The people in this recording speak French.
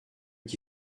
qui